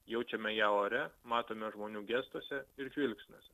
jaučiame ją ore matome žmonių gestuose ir žvilgsniuose